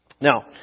Now